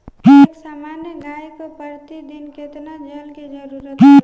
एक सामान्य गाय को प्रतिदिन कितना जल के जरुरत होला?